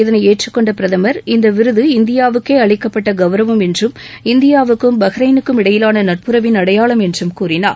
இதனை ஏற்றுக்கொண்ட பிரதமர் இந்த விருது இந்தியாவுக்கே அளிக்கப்பட்ட கவுரவம் என்றும் இந்தியாவுக்கும் பஹ்ரைனுக்கும் இடையிலான நட்புறவின் அடையாளம் என்றும் கூறினார்